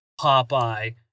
Popeye